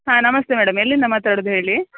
ಹಾಂ ನಮಸ್ತೆ ಮ್ಯಾಡಮ್ ಎಲ್ಲಿಂದ ಮಾತಾಡೋದು ಹೇಳಿ